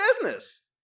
business